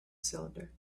cylinder